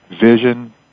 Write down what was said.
vision